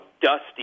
dusty